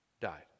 died